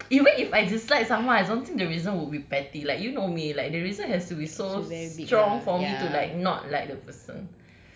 even if I dislike someone I don't think the reason would be petty like you know me like the reason has to be so strong for me to like not like the person